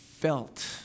felt